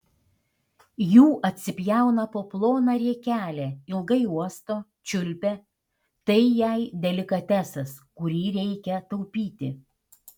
jų atsipjauna po ploną riekelę ilgai uosto čiulpia tai jai delikatesas kurį reikia taupyti